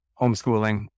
homeschooling